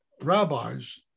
rabbis